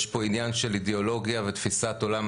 יש פה עניין של אידיאולוגיה ותפיסת עולם,